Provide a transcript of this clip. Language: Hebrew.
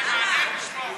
זה מעניין לשמוע אותך,